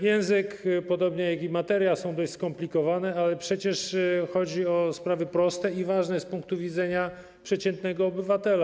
Język podobnie jak materia są dość skomplikowane, a przecież chodzi o sprawy proste i ważne z punktu widzenia przeciętnego obywatela.